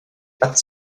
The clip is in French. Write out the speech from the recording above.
pattes